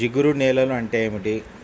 జిగురు నేలలు అంటే ఏమిటీ?